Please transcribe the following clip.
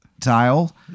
tile